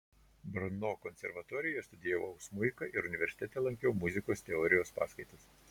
brno konservatorijoje studijavau smuiką ir universitete lankiau muzikos teorijos paskaitas